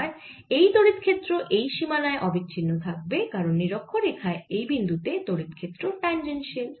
আর এই তড়িৎ ক্ষেত্র এই সীমানায় অবিচ্ছিন্ন থাকবে কারণ নিরক্ষ রেখার এই বিন্দু তে তড়িৎ ক্ষেত্র ট্যাঞ্জেনশিয়াল